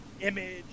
image